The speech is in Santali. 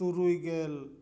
ᱛᱩᱨᱩᱭ ᱜᱮᱞ